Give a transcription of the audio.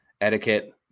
etiquette